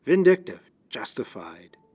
vindictive, justified.